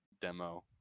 demo